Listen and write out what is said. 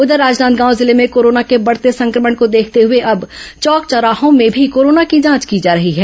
उधर राजनादगांव जिले में कोरोना के बढ़ते संक्रमण को देखते हुए अब चौक चौराहों में भी कोरोना की जांच की जा रही है